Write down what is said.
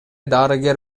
дарыгер